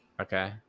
Okay